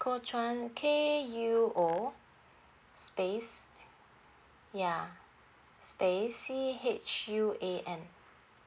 kuo chuan K U O space ya space C H U A N